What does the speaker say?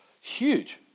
huge